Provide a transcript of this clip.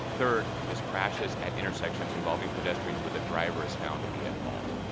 third is crashes at intersections involving pedestrians where the driver is found to be at fault.